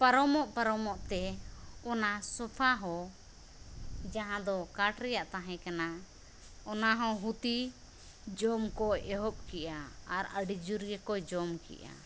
ᱯᱟᱨᱚᱢᱚᱜ ᱯᱟᱨᱚᱢᱚᱜᱛᱮ ᱚᱱᱟ ᱥᱳᱯᱷᱟᱦᱚᱸ ᱡᱟᱦᱟᱸᱫᱚ ᱠᱟᱴ ᱨᱮᱭᱟᱜ ᱛᱟᱦᱮᱸ ᱠᱟᱱᱟ ᱚᱱᱟᱦᱚᱸ ᱦᱩᱛᱤ ᱡᱚᱢᱠᱚ ᱮᱦᱚᱵᱠᱮᱫᱼᱟ ᱟᱨ ᱟᱹᱰᱤ ᱡᱳᱨᱜᱮᱠᱚ ᱡᱚᱢᱠᱮᱫᱼᱟ